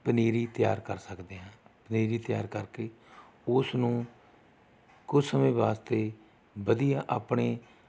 ਪਨੀਰੀ ਤਿਆਰ ਕਰ ਸਕਦੇ ਹਾਂ ਪਨੀਰੀ ਤਿਆਰ ਕਰਕੇ ਉਸ ਨੂੰ ਕੁਝ ਸਮੇਂ ਵਾਸਤੇ ਵਧੀਆ ਆਪਣੇ